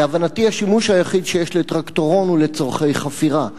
להבנתי השימוש היחיד שיש לטרקטורון הוא לצורכי חפירה,